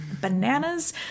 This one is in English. bananas